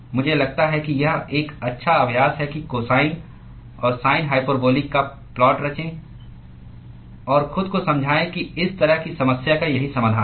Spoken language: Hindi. मुझे लगता है कि यह एक अच्छा अभ्यास है कि कोसाइन और सिन हाइपरबोलिक का प्लाट रचें और खुद को समझाएं कि इस तरह की समस्या का यही समाधान है